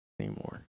anymore